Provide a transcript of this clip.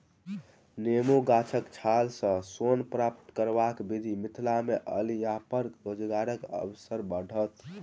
नेबो गाछक छाल सॅ सोन प्राप्त करबाक विधि मिथिला मे अयलापर रोजगारक अवसर बढ़त